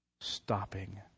stopping